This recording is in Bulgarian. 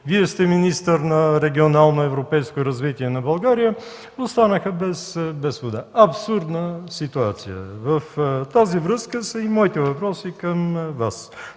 Вие сте министър на регионално европейско развитие на България – в Добрич останаха без вода. Абсурдна ситуация! В тази връзка са и моите въпроси към Вас.